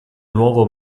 nuovo